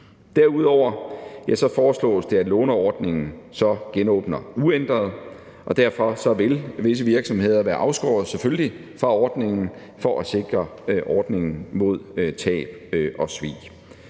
Derudover foreslås det, at låneordningen genåbner uændret, og derfor vil visse virksomheder selvfølgelig være afskåret fra ordningen for at sikre ordningen mod tab og svig.